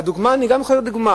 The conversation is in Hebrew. אני גם יכול לתת דוגמה.